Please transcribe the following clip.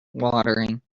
watering